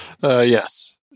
Yes